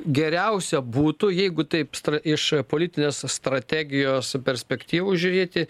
geriausia būtų jeigu taip stra iš politinės strategijos perspektyvų žiūrėti